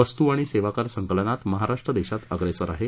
वस्तू आणि सेवा कर संकलनात महाराष्ट्र देशात अग्रेसर आहे